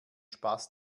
spaß